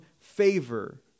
favor